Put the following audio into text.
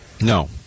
No